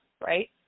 right